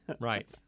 Right